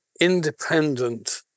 independent